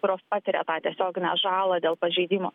kurios patiria tą tiesioginę žalą dėl pažeidimo